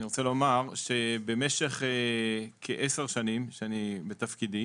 אני רוצה לומר שבמשך כ-10 שנים שאני בתפקידי,